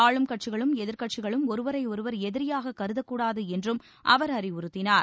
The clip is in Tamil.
ஆளும் கட்சிகளும் எதிர்க்கட்சிகளும் ஒருவரை ஒருவர் எதிரியாக கருதக்கூடாது என்றும் அவர் அறிவுறுத்தினார்